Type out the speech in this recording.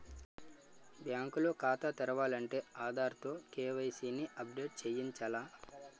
bank లో ఖాతా తెరాలంటే ఆధార్ తో కే.వై.సి ని అప్ డేట్ చేయించాల